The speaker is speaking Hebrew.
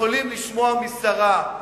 יכולים לשמוע משרה?